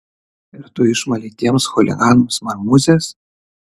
ir tu išmalei tiems chuliganams marmūzes